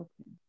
Okay